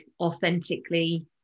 authentically